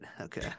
Okay